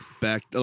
back